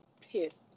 pissed